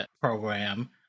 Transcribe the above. program